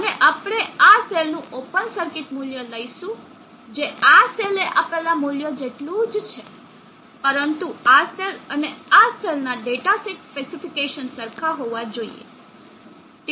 અને આપણે આ સેલ નું ઓપન સર્કિટ મુલ્ય લઈશું જે આ સેલે આપેલા મૂલ્ય જેટલું જ છે પરંતુ આ સેલ અને આ સેલ ના ડેટા સીટ સ્પેસીફીકેસન સરખા હોવા જોઈએ